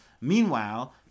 Meanwhile